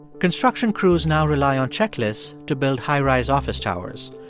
construction crews now rely on checklists to build high-rise office towers.